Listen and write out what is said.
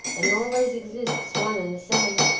and always exists one and the same,